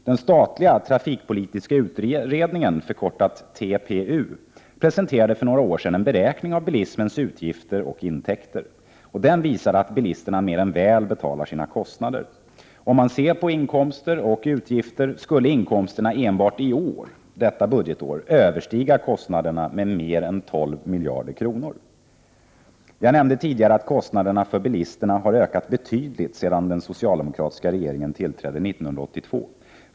Den statliga trafikpolitiska utredningen, TPU, presenterade för några år sedan en beräkning av bilismens utgifter och intäkter. Den visade att bilisterna mer än väl betalar sina kostnader. Om man ser på inkomster och utgifter skulle inkomsterna enbart innevarande budgetår överstiga kostnaderna med mer än 12 miljarder kronor. Jag nämnde tidigare att kostnaderna för bilisterna har ökat betydligt sedan den socialdemokratiska regeringen tillträdde 1982.